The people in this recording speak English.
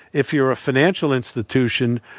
if you're a financial institution,